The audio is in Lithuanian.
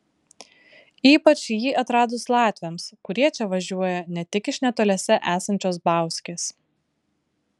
ypač jį atradus latviams kurie čia važiuoja ne tik iš netoliese esančios bauskės